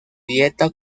dieta